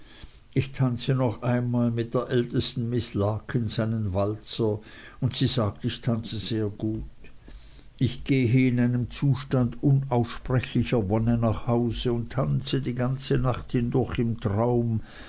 ich tanze noch einmal mit der ältesten miß larkins einen walzer und sie sagt ich tanzte sehr gut ich gehe in einem zustand unaussprechlicher wonne nach hause und tanze die ganze nacht hindurch im traum